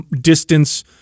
distance